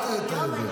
אל --- מה?